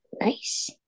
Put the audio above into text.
nice